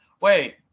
Wait